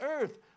earth